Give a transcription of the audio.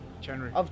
January